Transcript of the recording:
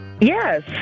Yes